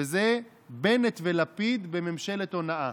וזה בנט ולפיד בממשלת הונאה.